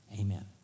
amen